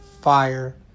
fire